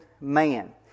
man